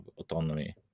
autonomy